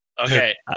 Okay